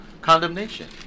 condemnation